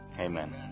amen